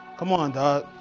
come on, dawg.